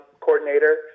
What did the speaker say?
coordinator